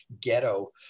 ghetto